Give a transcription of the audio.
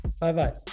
Bye-bye